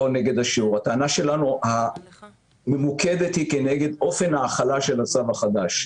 הטענה שלנו היא כנגד אופן ההחלה של הצו החדש.